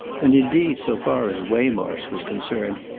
and indeed, so far as waymarsh was concerned,